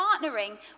partnering